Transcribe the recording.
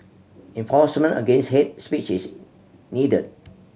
enforcement against hate speech is needed